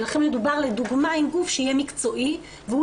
לכן מדובר לדוגמה עם גוף שהוא יהיה מקצועי והוא